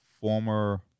former